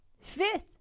Fifth